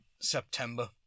September